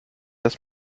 dass